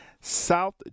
South